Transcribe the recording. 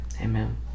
Amen